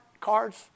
cards